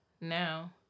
Now